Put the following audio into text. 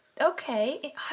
okay